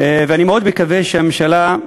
ואני מאוד מקווה שהממשלה,